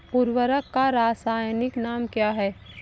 उर्वरक का रासायनिक नाम क्या है?